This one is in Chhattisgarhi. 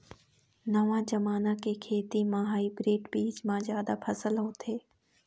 नवा जमाना के खेती म हाइब्रिड बीज म जादा फसल होथे